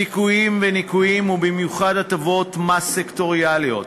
זיכויים וניכויים, ובמיוחד הטבות מס סקטוריאליות,